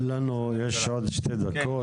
יש לנו עוד שתי דקות.